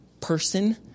person